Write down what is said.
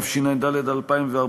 התשע"ד 2014,